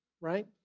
right